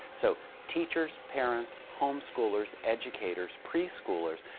so teachers, parents, home schoolers, educators, preschoolers,